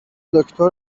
دکتر